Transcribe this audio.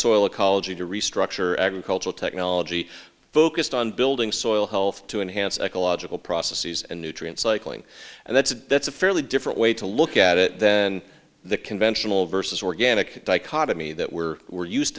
soil ecology to restructure agricultural technology focused on building soil health to enhance ecological processes and nutrient cycling and that's a that's a fairly different way to look at it then the conventional versus organic dichotomy that we're we're used